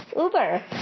Uber